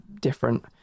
different